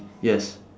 yes